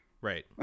Right